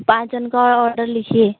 पाँच जन का ओडर लिखिए